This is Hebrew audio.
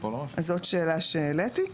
זאת שאלה שהעליתי.